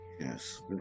Yes